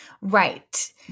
Right